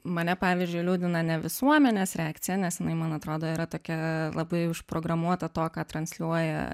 mane pavyzdžiui liūdina ne visuomenės reakcija nes jinai man atrodo yra tokia labai užprogramuota to ką transliuoja